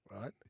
right